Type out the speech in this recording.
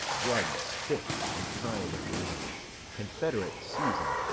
drugs fit, and time agreeing confederate season,